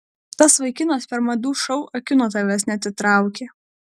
tas vaikinas per madų šou akių nuo tavęs neatitraukė